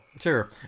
Sure